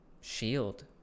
shield